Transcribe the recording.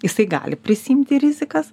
jisai gali prisiimti rizikas